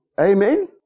Amen